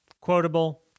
quotable